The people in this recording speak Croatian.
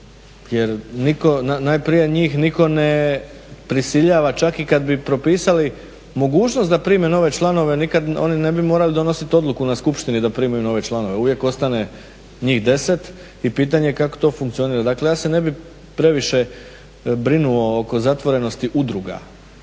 Jer najprije njih nitko ne prisiljava čak i kad bi propisali mogućnost da prime nove članove nikad oni ne bi morali donositi odluku na skupštinu da primaju nove članove. Uvijek ostane njih 10 i pitanje je kako to funkcionira. Dakle, ja se ne bih previše brinuo oko zatvorenosti udruga